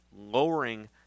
lowering